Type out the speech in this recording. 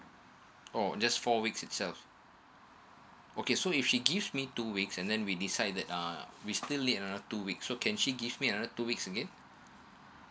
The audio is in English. oh just four weeks itself okay so if she give me two weeks and then we decide that uh we still need another two week so can she give me another two weeks again